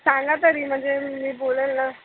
सांगा तरी म्हणजे मी बोलेल ना